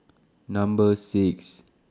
Number six